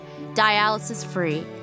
dialysis-free